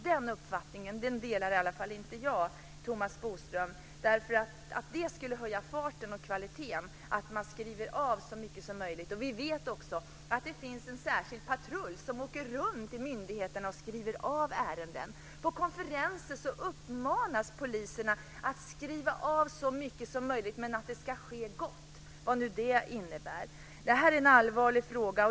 Den uppfattningen delar i alla fall inte jag, Thomas Bodström - att det skulle höja farten och kvaliteten att man skriver av så mycket som möjligt. Vi vet också att det finns en särskild patrull som åker runt i myndigheterna och skriver av ärenden. På konferenser uppmanas poliserna att skriva av så mycket som möjligt men att det ska ske gott, vad nu det innebär. Det här är en allvarlig fråga.